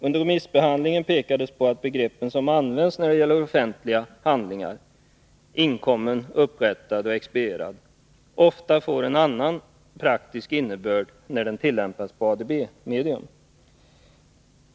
Under remissbehandlingen pekades på att de begrepp som används när det gäller offentliga handlingar — inkommen, upprättad och expedierad — ofta får en annan praktisk innebörd när de tillämpas på ett ADB-medium.